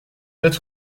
être